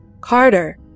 Carter